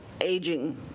aging